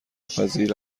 پذیر